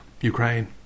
Ukraine